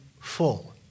full